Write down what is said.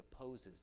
opposes